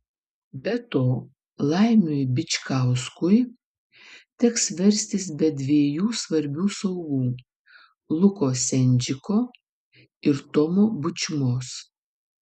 be to laimiui bičkauskui teks verstis be dviejų svarbių saugų luko sendžiko ir tomo bučmos